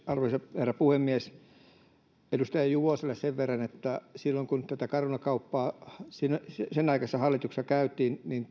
arvoisa herra puhemies edustaja juvoselle sen verran että silloin kun tätä caruna kauppaa sen aikaisessa hallituksessa käytiin niin